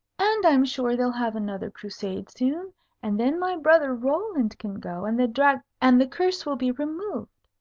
and i'm sure they'll have another crusade soon and then my brother roland can go, and the drag and the curse will be removed.